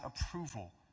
approval